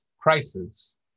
crisis